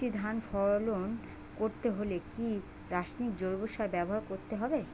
বেশি ধান ফলন করতে হলে কি রাসায়নিক জৈব সার ব্যবহার করতে হবে?